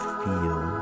feel